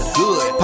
good